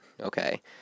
Okay